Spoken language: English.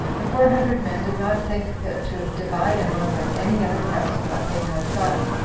the four hundred men did not think fit to divide among them any other parts of what they had gotten,